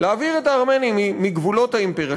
להעביר את הארמנים מגבולות האימפריה,